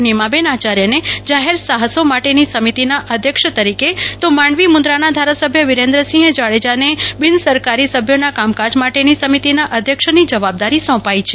નીમાબહેન આચાર્યને જાહેર સાહસો માટેની સમિતિના અધ્યક્ષ તરીકે તો માંડવી મુન્દ્રાના ધારાસભ્ય વિરેન્દ્રસિંહ જાડેજાને બિનસરકારી સભ્યોના કામકાજ માટેની સમિતિના અધ્યક્ષની જવાબદારી સોંપાઈ છે